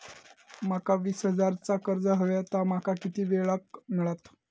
माका वीस हजार चा कर्ज हव्या ता माका किती वेळा क मिळात?